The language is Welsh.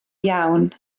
iawn